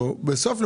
חצי